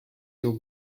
your